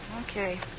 Okay